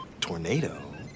tornado